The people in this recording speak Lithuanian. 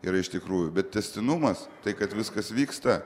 yra iš tikrųjų bet tęstinumas tai kad viskas vyksta